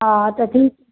हा त ठीकु